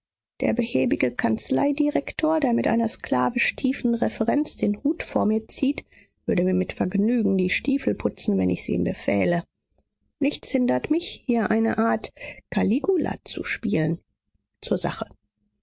der behäbige kanzleidirektor der mit einer sklavisch tiefen reverenz den hut vor mir zieht würde mir mit vergnügen die stiefel putzen wenn ich's ihm befähle nichts hindert mich hier eine art caligula zu spielen zur sache